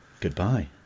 goodbye